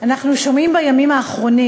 אנחנו שומעים בימים האחרונים